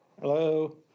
Hello